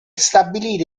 stabilire